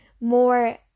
more